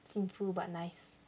sinful but nice